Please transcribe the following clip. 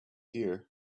year